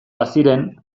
baziren